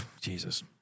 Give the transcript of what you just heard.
Jesus